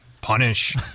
punish